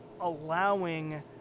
allowing